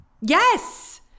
Yes